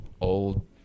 old